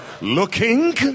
looking